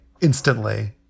instantly